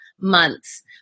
Months